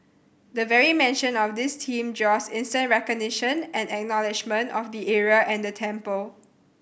the very mention of this team draws instant recognition and acknowledgement of the area and the temple